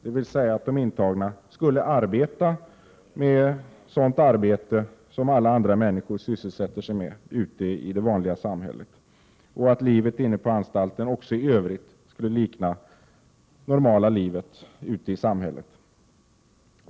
Det betyder att de intagna skall arbeta med sådana uppgifter som andra människor sysselsätter sig med ute i det vanliga samhället och att livet på anstalten också i övrigt skall likna det normala livet ute i samhället.